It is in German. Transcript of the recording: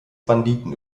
banditen